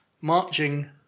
marching